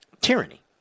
tyranny